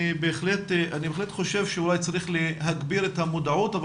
אני בהחלט חושב שהוא היה צריך להגביר את המודעות אבל